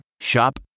Shop